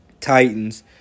Titans